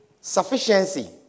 sufficiency